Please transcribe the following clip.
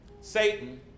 Satan